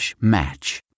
match